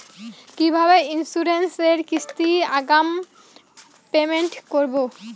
কিভাবে ইন্সুরেন্স এর কিস্তি আগাম পেমেন্ট করবো?